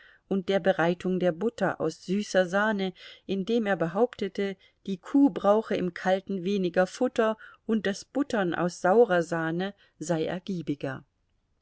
und der bereitung der butter aus süßer sahne indem er behauptete die kuh brauche im kalten weniger futter und das buttern aus saurer sahne sei ergiebiger